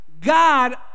God